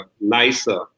nicer